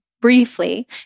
briefly